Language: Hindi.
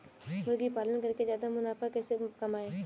मुर्गी पालन करके ज्यादा मुनाफा कैसे कमाएँ?